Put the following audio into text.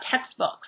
textbooks